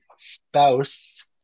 spouse